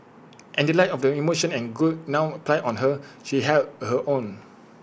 in the light of the emotion and guilt now piled on her she held her own